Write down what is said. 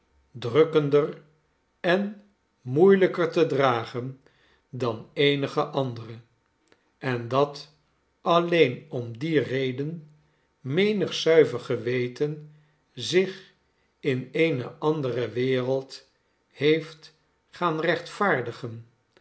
drukkender en moeielijker te dragen dan eenige andere en dat alleen om die reden menig zuiver geweten zich in eene andere wereld heeft gaan rechtvaardigen